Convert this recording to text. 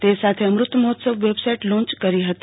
તે સાથે Amrit Mahotsav website launch કરી હતી